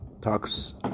talks